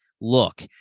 look